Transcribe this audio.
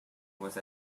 was